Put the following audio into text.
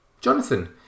Jonathan